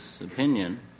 opinion